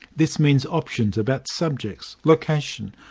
this means options about subjects, location,